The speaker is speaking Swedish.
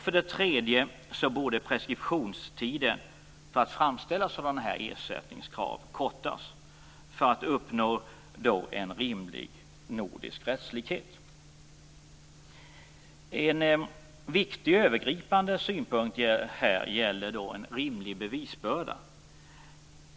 För det tredje borde preskriptionstiden för att framställa sådana ersättningskrav kortas för att vi skall uppnå en rimlig nordisk rättslikhet. En viktig övergripande synpunkt gäller en rimlig bevisbörda.